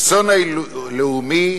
האסון הלאומי